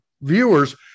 viewers